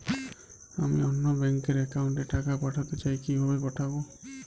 আমি অন্য ব্যাংক র অ্যাকাউন্ট এ টাকা পাঠাতে চাই কিভাবে পাঠাবো?